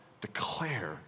declare